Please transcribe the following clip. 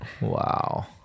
Wow